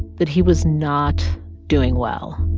that he was not doing well.